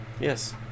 Yes